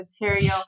material